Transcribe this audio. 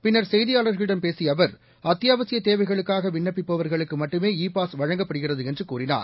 பின்னர் செய்தியாளர்களிடம் பேசிய அவர் அத்தியாவசிய தேவைகளுக்காக விண்ணப்பிப்பவர்களுக்கு மட்டுமே இ பாஸ் வழங்கப்படுகிறது என்று கூறினார்